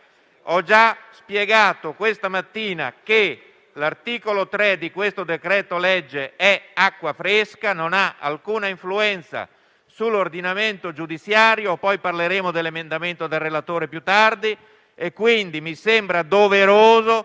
Ho già spiegato questa mattina che l'articolo 3 del decreto-legge in esame è acqua fresca e non ha alcuna influenza sull'ordinamento giudiziario (parleremo dell'emendamento del relatore più tardi). Mi sembra pertanto